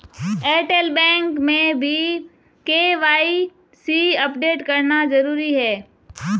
Airtel bank में भी KYC update करना जरूरी है